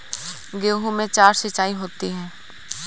गेहूं में चार सिचाई होती हैं